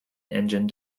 engine